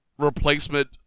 replacement